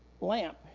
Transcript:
lamp